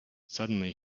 suddenly